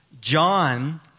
John